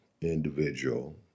individual